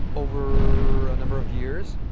over a number of years,